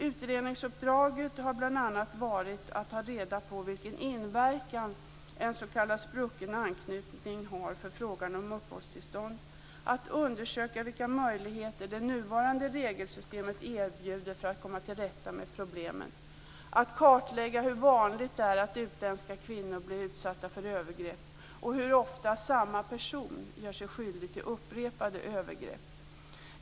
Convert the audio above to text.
Utredningsuppdraget har bl.a. varit att ta reda på vilken inverkan en s.k. sprucken anknytning har för frågan om uppehållstillstånd, att undersöka vilka möjligheter det nuvarande regelsystemet erbjuder för att komma till rätta med problemen, att kartlägga hur vanligt det är att utländska kvinnor blir utsatta för övergrepp och hur ofta samma person gör sig skyldig till upprepade övergrepp.